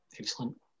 excellent